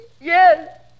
Yes